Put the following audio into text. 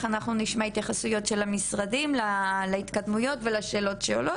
אנחנו נשמע התייחסויות של המשרדים להתקדמויות ולשאלות שעולות.